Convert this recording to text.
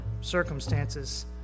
circumstances